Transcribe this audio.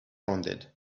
rounded